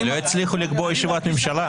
לא הצליחו לקבוע ישיבת ממשלה.